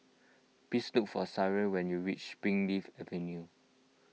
please look for Sharla when you reach Springleaf Avenue